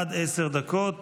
עד עשר דקות